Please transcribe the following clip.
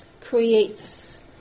creates